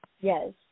Yes